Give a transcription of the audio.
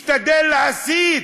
השתדל להסיט